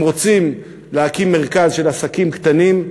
והם רוצים להקים מרכז של עסקים קטנים,